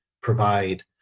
provide